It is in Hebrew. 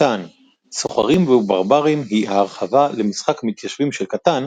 קטאן - סוחרים וברברים היא הרחבה למשחק המתיישבים של קטאן